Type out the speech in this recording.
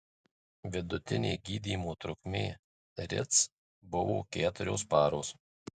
vidutinė gydymo trukmė rits buvo keturios paros